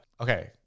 Okay